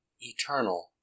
eternal